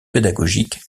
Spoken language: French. pédagogique